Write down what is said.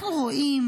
אנחנו רואים